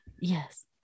Yes